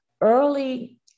early